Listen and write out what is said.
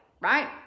right